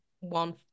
one